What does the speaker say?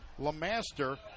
Lamaster